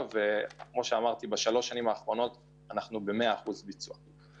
ובשלוש השנים האחרונות אנחנו ב-100% ביצוע.